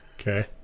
Okay